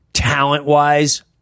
Talent-wise